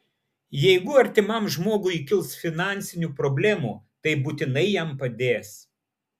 jeigu artimam žmogui kils finansinių problemų tai būtinai jam padės